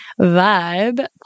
vibe